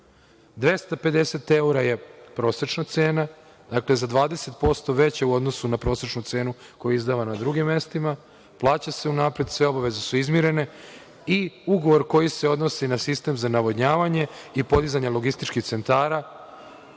250 evra je prosečna cena. Dakle, za 20% je veća u odnosu na prosečnu cenu koju je izdala na drugim mestima. Plaća se unapred, sve obaveze su izmirene i ugovor koji se odnosi na sistem za navodnjavanje i podizanje logističkih centara,